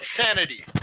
sanity